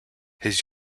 his